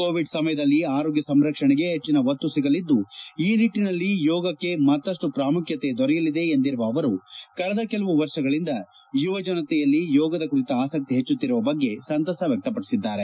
Covid ಸಮಯದಲ್ಲಿ ಆರೋಗ್ಯ ಸಂರಕ್ಷಣೆಗೆ ಹೆಚ್ಚಿನ ಒತ್ತು ಸಿಗಲಿದ್ದು ಈ ನಿಟ್ಡಿನಲ್ಲಿ ಯೋಗಕ್ಕೆ ಮತ್ತಷ್ಟು ಪ್ರಾಮುಖ್ಯತೆ ದೊರೆಯಲಿದೆ ಎಂದಿರುವ ಅವರು ಕಳೆದ ಕೆಲವು ವರ್ಷಗಳಿಂದ ಯುವ ಜನತೆಯಲ್ಲಿ ಯೋಗದ ಕುರಿತ ಆಸಕ್ತಿ ಹೆಚ್ಚುತ್ತಿರುವ ಬಗ್ಗೆ ಸಂತಸ ವ್ಯಕ್ತಪಡಿಸಿದ್ದಾರೆ